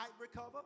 recover